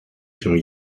się